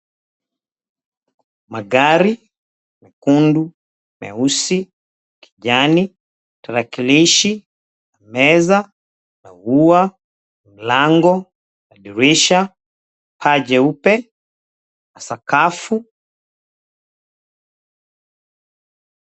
Magari mekundu, meusi, kijani, tarakilishi, meza na ua, mlango, madirisha, paa jeupe na sakafu.